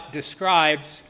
describes